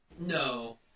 No